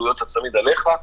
עלויות הצמיד עליך,